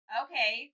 okay